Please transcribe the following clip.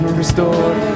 restored